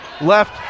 left